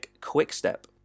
Quickstep